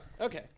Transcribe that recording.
Okay